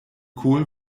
kohl